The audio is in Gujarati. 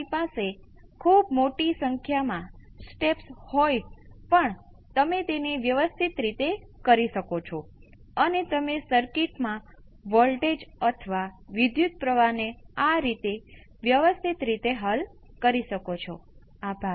તેથી આ એક થોડુક રસપ્રદ પરિણામ છે અને અન્ય સામાન્ય અભિવ્યક્તિમાંથી તેને કેવી રીતે મેળવવું અને સાથે કેવી રીતે દૂર કરવું તે યાદ રાખવું જોઈએ